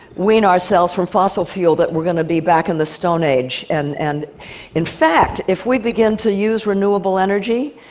wean ourselves from fossil fuel that we're going to be back in the stone age, and and in fact, if we begin to use renewable energy,